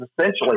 essentially